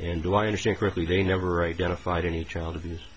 and do i understand correctly they never identified any child abuse